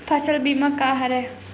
फसल बीमा का हरय?